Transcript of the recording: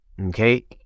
Okay